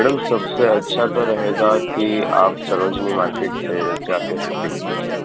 madam સબસે અચ્છા તો રહેગા કી આપ સરોજની માર્કેટ સે જા કે શોપિંગ કીજીએ